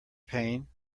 pain